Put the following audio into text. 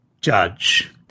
judge